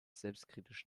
selbstkritisch